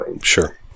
Sure